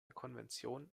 konventionen